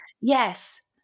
yes